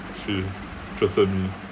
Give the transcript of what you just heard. she interested in me